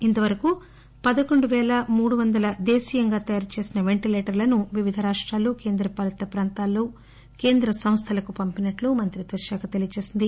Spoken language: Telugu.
ఇంతవరకు పదకొండు పేల మూడు వందల దేశీయంగా తయారు చేసిన పెంటిలేటర్లను వివిధ రాష్టాలు కేంద్ర పాలిత ప్రాంతాల్లో కేంద్ర సంస్లలకు పంపినట్లు మంత్రిత్వ శాఖ తెలియజేసింది